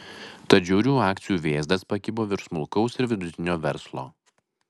tad žiaurių akcijų vėzdas pakibo virš smulkaus ir vidutinio verslo